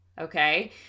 Okay